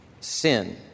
sin